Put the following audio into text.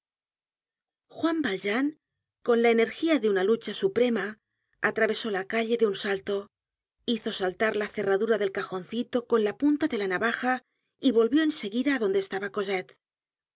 juan valjean con k energía de una lucha suprema atravesó la calle de un salto hizo saltar la cerradura del cajoncito con la punta de la navaja y volvió en seguida á donde estaba cosetle